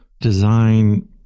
design